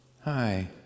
Hi